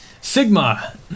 Sigma